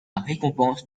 récompense